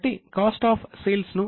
కాబట్టి cost of sales